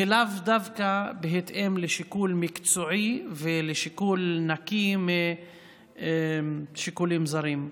ולאו דווקא בהתאם לשיקול מקצועי ולשיקול נקי משיקולים זרים.